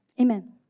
Amen